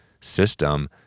system